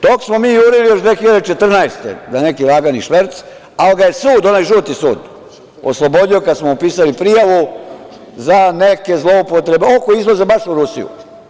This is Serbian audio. Tog smo mi jurili još 2014. godini za neki lagani šverc, ali ga je sud, onaj žuti sud, oslobodio kada smo pisali prijavu za neke zloupotrebe oko izvoza baš u Rusiju.